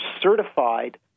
certified